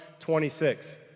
26